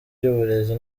ry’uburezi